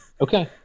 okay